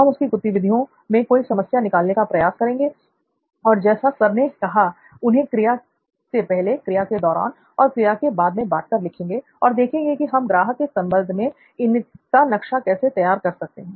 हम उसकी गतिविधियों में कोई समस्या निकालने का प्रयास करेंगे और जैसा सर ने कहा उन्हें क्रिया से "पहले" क्रिया के "दौरान" और क्रिया के "बाद" मैं बांटकर लिखेंगे और देखेंगे कि हम ग्राहक के संदर्भ में हम इनका नक्शा कैसे तैयार कर सकते हैं